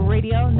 Radio